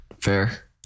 Fair